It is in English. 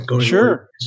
Sure